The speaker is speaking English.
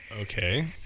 Okay